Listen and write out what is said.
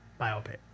biopic